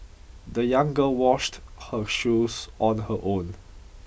the young girl washed her shoes on her own